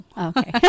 Okay